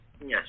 Yes